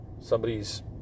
somebody's